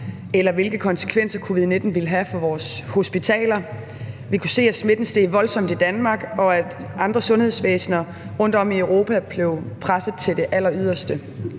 eller hvilke konsekvenser covid-19 ville have for vores hospitaler. Vi kunne se, at smitten steg voldsomt i Danmark, og at andre sundhedsvæsener rundtom i Europa blev presset til det alleryderste.